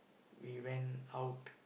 we went out